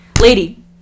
lady